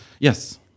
Yes